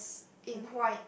in white